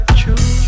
true